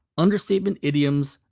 understatement, idioms,